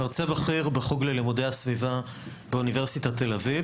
מרצה בכיר בחוג ללימודי הסביבה באוניברסיטת תל אביב,